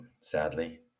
sadly